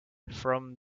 from